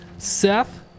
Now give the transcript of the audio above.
Seth